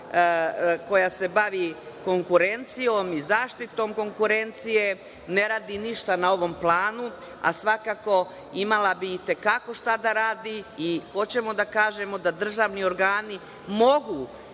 koja se bavi konkurencijom i zaštitom konkurencije ne radi ništa na ovom planu, a svakako imala bi i te kako šta da radi i hoćemo da kažemo da državni organi mogu